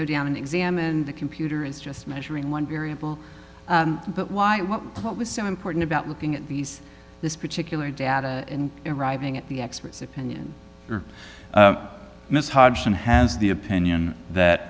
go down and examine the computer is just measuring one variable but why what was so important about looking at these this particular data and arriving at the expert's opinion or miss hodgson has the opinion that